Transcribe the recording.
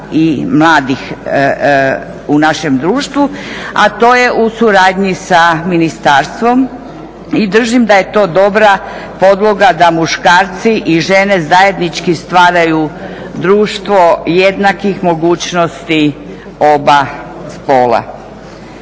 i mladih u našem društvu", a to je u suradnji sa ministarstvom i držim da je to dobra podloga da muškarci i žene zajednički stvaraju društvo jednakih mogućnosti oba spola.